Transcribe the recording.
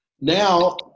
now